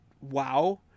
wow